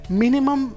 minimum